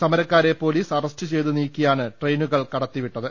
സമരക്കാരെ police arrest ചെയ്ത് നീക്കിയാണ് ട്രെയിനുകൾ കടത്തി വിട്ടത്